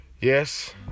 Yes